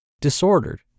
disordered